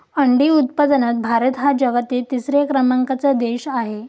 अंडी उत्पादनात भारत हा जगातील तिसऱ्या क्रमांकाचा देश आहे